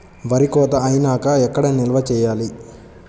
వరి కోత అయినాక ఎక్కడ నిల్వ చేయాలి?